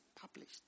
published